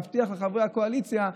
מבטיח לחברי הקואליציה,